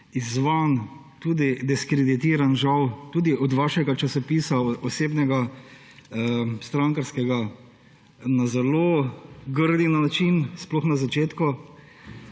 izzvan, tudi diskreditiran žal, tudi od vašega časopisa strankarskega na zelo grd način, sploh na začetku,